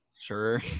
Sure